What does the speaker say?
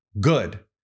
good